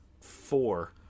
four